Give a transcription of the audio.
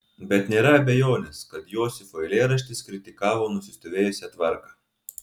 bet nėra abejonės kad josifo eilėraštis kritikavo nusistovėjusią tvarką